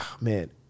Man